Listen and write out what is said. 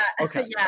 Okay